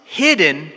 hidden